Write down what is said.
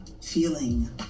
feeling